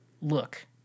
look